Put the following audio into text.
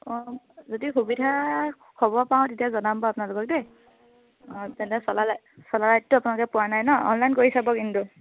অঁ যদি সুবিধা খবৰ পাওঁ তেতিয়া জনাম বাৰু আপোনালোক দেই অঁ তেন্তে চলাৰ চলাৰ লাইটটো আপোনালোকে পোৱা নাই ন অনলাইন কৰি চাব কিন্তু